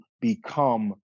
become